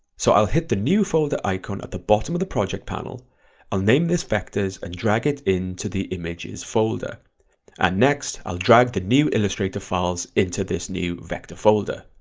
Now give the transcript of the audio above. so i'll hit the new folder icon at the bottom of the project panel i'll name this vectors and drag it into the images folder and next i'll drag the new illustrator files into this new vector folder.